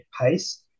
pace